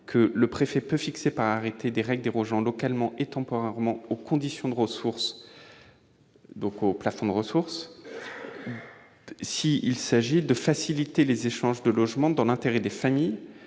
que « le préfet peut fixer par arrêté des règles dérogeant localement et temporairement aux conditions de ressources » -donc aux plafonds de ressources -, s'il s'agit de « faciliter les échanges de logements dans l'intérêt des familles,